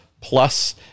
plus